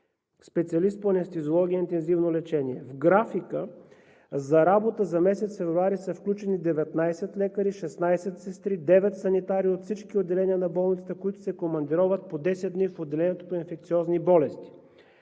специалист по анестезиология и интензивно лечение. В графика за работа за месец февруари са включени 19 лекари, 16 сестри, 9 санитари от всички отделения на болницата, които се командироват по 10 дни в отделението по инфекциозни болести.